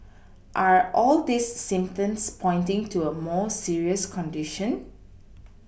are all these symptoms pointing to a more serious condition